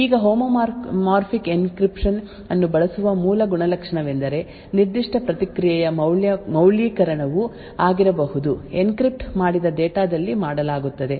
ಈಗ homomorphic encryption ಅನ್ನು ಬಳಸುವ ಮೂಲ ಗುಣಲಕ್ಷಣವೆಂದರೆ ನಿರ್ದಿಷ್ಟ ಪ್ರತಿಕ್ರಿಯೆಯ ಮೌಲ್ಯೀಕರಣವು ಆಗಿರಬಹುದು ಎನ್ಕ್ರಿಪ್ಟ್ ಮಾಡಿದ ಡೇಟಾ ದಲ್ಲಿ ಮಾಡಲಾಗುತ್ತದೆ